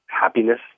happiness